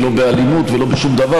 ולא באלימות ולא בשום דבר,